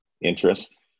interest